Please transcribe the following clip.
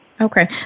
Okay